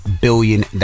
billion